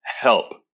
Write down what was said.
help